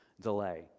delay